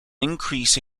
increase